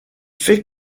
fait